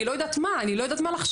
אני לא יודעת מה, אני לא יודעת מה לחשוב.